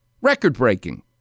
Record-breaking